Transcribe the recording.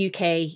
UK